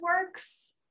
works